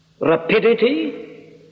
rapidity